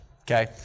Okay